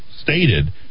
stated